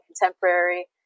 contemporary